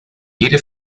jede